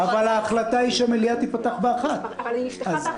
אבל ההחלטה היא שהמליאה תיפתח ב- 13:00. אבל היא נפתחה ב-